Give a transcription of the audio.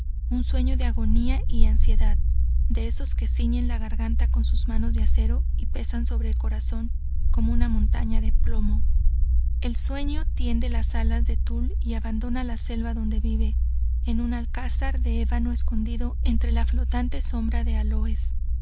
un sueño de agonía y ansiedad de esos que ciñen la garganta con sus manos de acero y pesan sobre el corazón como una montaña de plomo el sueño tiende las alas de tul y abandona la selva donde vive en un alcázar de ébano escondido entre la flotante sombra de aloes